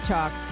Talk